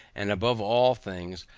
and above all things,